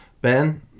Ben